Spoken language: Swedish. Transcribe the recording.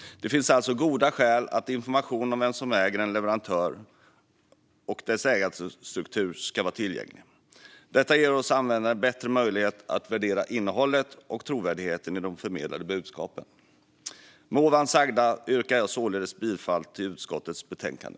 Det finns alltså goda skäl till att information om vem som äger en leverantör och om dess ägarstruktur ska vara tillgänglig. Detta ger oss användare bättre möjlighet att värdera innehållet och trovärdigheten i de förmedlade budskapen. Jag yrkar således bifall till förslaget i utskottets betänkande.